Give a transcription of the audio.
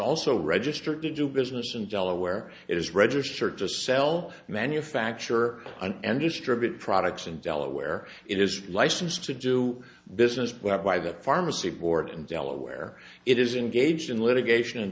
also registered to do business in delaware is registered just sell manufacture and distribute products in delaware it is licensed to do business whereby the pharmacy board in delaware it is engaged in litigation in